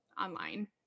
online